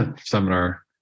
seminar